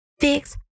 fix